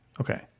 Okay